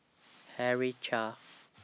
Henry Chia